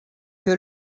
que